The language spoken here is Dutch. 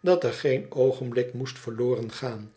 dat er geen oogenblik moest verloren gaan